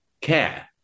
care